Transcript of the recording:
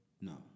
No